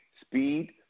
speed